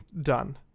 done